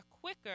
quicker